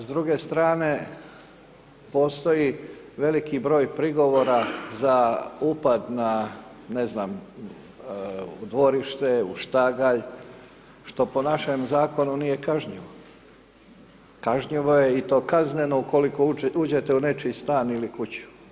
S druge strane postoji veliki broj prigovora za upad na, ne znam, dvorište, u štagalj, što po našem Zakonu nije kažnjivo, kažnjivo je i to kazneno ukoliko uđete u nečiji stan ili kuću.